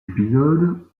épisode